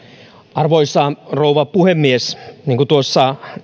arvoisa rouva puhemies niin kuin tuossa